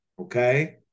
Okay